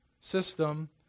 system